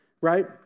right